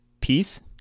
peace